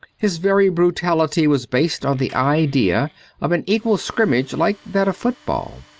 his very brutality was based on the idea of an equal scrimmage like that of football.